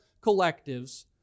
collectives